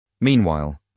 Meanwhile